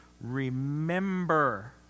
remember